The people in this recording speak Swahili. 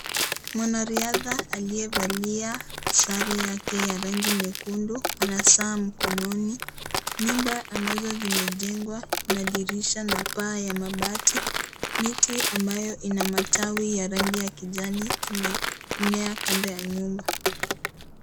Mwanariadha aliyevalia sare yake ya rangi nyekundu ana saa mkononi. Nyumba ambazo zimejengwa na dirisha na paa ya mabati miti ambayo ina matawi ya rangi ya kijani imemea kando ya nyumba.